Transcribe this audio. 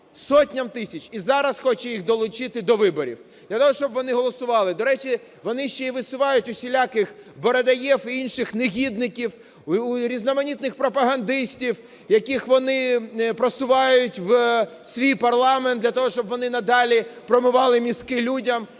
сотням тисяч, і зараз хоче їх долучити до виборів для того, щоб вони голосували. До речі, вони ще і висувають усіляких Бородаєв і інших негідників, різноманітних пропагандистів, яких вони просувають в свій парламент для того, щоб вони надалі промивали мізки людям,